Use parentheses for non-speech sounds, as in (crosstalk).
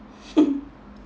(laughs)